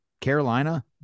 Carolina